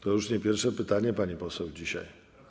To już nie pierwsze pytanie pani poseł, dzisiaj.